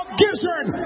gizzard